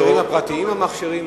השאלה גם תלויה באיכות המכשירים,